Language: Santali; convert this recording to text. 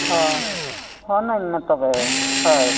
ᱦᱳᱭ ᱯᱷᱳᱱᱟᱹᱧ ᱢᱮ ᱛᱚᱵᱮ ᱦᱳᱭ